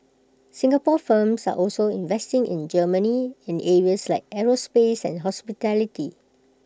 Singapore firms are also investing in Germany in areas like aerospace and hospitality